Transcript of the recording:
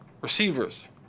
receivers